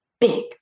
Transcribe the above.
big